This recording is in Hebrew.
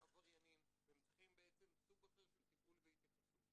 עבריינים והם צריכים סוג אחר של טיפול והתייחסות?